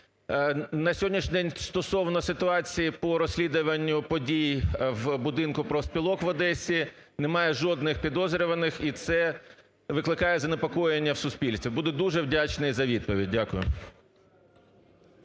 На сьогоднішній день стосовно ситуації по розслідуванню подій в Будинку профспілок в Одесі немає жодних підозрюваних, і це викликає занепокоєння в суспільстві. Буду дуже вдячний за відповідь. Дякую.